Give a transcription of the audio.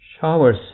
showers